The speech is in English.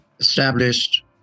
Established